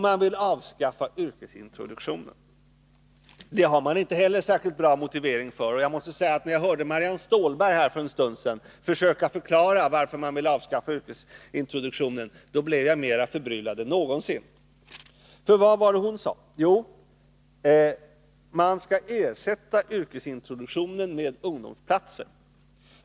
Man vill avskaffa yrkesintroduktionen. Det har man inte heller särskilt bra motivering för. Jag måste säga, att när jag hörde Marianne Stålberg för en stund sedan försöka förklara varför socialdemokraterna vill avskaffa yrkesintroduktionen, blev jag mera förbryllad än någonsin. För vad var det hon sade? Jo, man skall ersätta yrkesintroduktionen med ungdomsplatser.